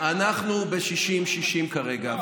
אנחנו ב-60 60 כרגע,